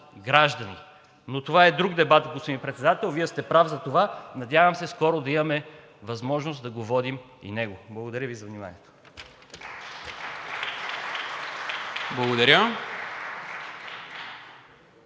граждани. Но това е друг дебат, господин Председател. Вие сте прав за това, надявам се скоро да имаме възможност да го водим и него. Благодаря Ви за вниманието.